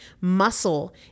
Muscle